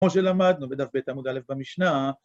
‫כמו שלמדנו בדף בית עמוד א' במשנה.